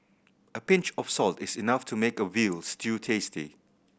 a pinch of salt is enough to make a veal stew tasty